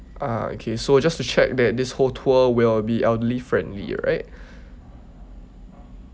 uh okay so just to check that this whole tour will be elderly friendly right